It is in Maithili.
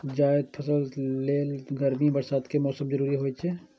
जायद फसल लेल गर्मी आ बरसात के मौसम जरूरी होइ छै